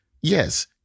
yes